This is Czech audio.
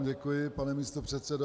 Děkuji vám, pane místopředsedo.